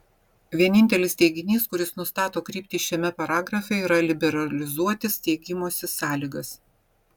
vienintelis teiginys kuris nustato kryptį šiame paragrafe yra liberalizuoti steigimosi sąlygas